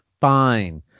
Fine